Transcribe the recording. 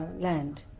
land.